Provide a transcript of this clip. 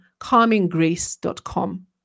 calminggrace.com